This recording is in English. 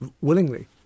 willingly